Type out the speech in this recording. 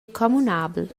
communabel